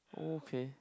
okay